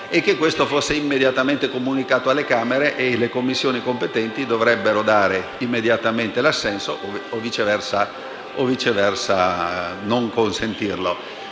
da comunicare immediatamente alle Camere. Le Commissioni competenti dovrebbero dare immediatamente l'assenso o viceversa non consentirlo.